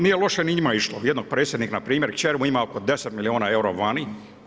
Nije loše ni njima išlo, jednog predsjednik, npr. kćer, mu ima oko 10 milijuna eura vani.